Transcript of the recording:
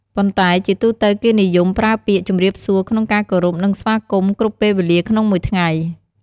ប៉ុន្តែជាទូទៅគេនិយមប្រើពាក្យ ជំរាបសួរ ក្នុងការគោរព និងស្វាគមន៍ គ្រប់ពេលវេលាក្នុងមួយថ្ងៃ។